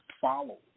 follow